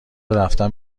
رفتن